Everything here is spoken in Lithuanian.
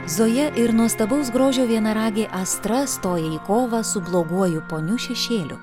zoja ir nuostabaus grožio vienaragė astra stoja į kovą su bloguoju poniu šešėliu